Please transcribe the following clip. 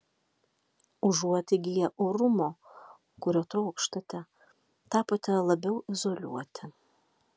užuot įgiję orumo kurio trokštate tapote labiau izoliuoti